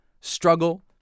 struggle